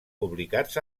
publicats